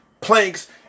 planks